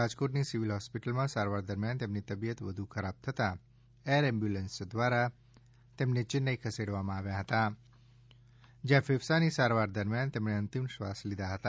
રાજકોટ ની civil hospital માં સારવાર દરમ્યાન તેમની તબિયત વધુ ખરાબ થતાં એર એમ્બુલન્સ દ્વારા તેમણે ચેન્નાઈ ખસેડવામાં આવ્યા હતા જ્યાં કેફસા ની સારવાર દરમ્યાન તેમણે અંતિમ શ્વાસ લીધા હતા